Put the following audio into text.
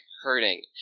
hurting